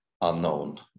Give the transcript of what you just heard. unknown